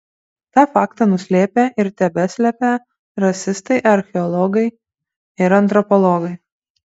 tą faktą nuslėpę ir tebeslepią rasistai archeologai ir antropologai